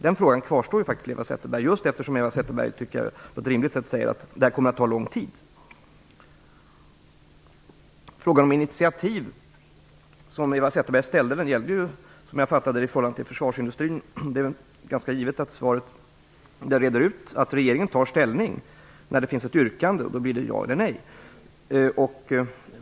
Den frågan kvarstår, Eva Zetterberg, för det kommer att ta lång tid. Frågan om initiativ som Eva Zetterberg ställde gällde ju, som jag uppfattade det, försvarsindustrin. Det är ganska givet att svaret är att regeringen tar ställning när det finns ett yrkande. Då blir det ja eller nej.